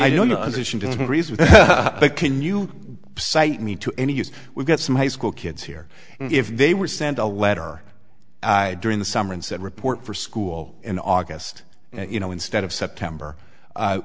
reason can you cite me to any use we've got some high school kids here if they were sent a letter during the summer and said report for school in august and you know instead of september